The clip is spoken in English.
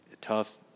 tough